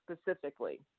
specifically